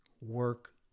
work